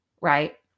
Right